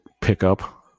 pickup